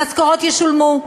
המשכורות ישולמו.